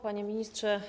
Panie Ministrze!